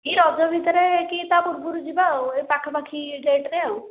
କି ରଜ ଭିତରେ କି ତା ପୂର୍ବରୁ ଯିବା ଆଉ ଏ ପାଖା ପାଖି ଡେଟ୍ରେ ଆଉ